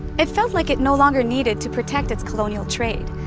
it felt like it no longer needed to protect its colonial trade,